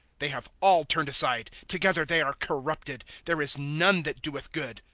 they have all turned aside together they arc corrupted there is none that doeth good,